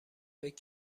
فکر